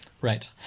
Right